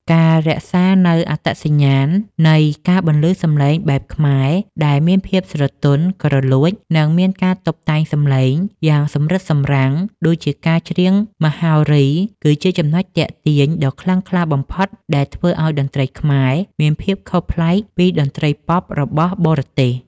ការរក្សានូវអត្តសញ្ញាណនៃការបន្លឺសម្លេងបែបខ្មែរដែលមានភាពស្រទន់ ក្រលួច និងមានការតុបតែងសម្លេងយ៉ាងសម្រិតសម្រាំងដូចការច្រៀងមហោរី គឺជាចំណុចទាក់ទាញដ៏ខ្លាំងក្លាបំផុតដែលធ្វើឱ្យតន្ត្រីខ្មែរមានភាពខុសប្លែកពីតន្ត្រីប៉ុបរបស់បរទេស។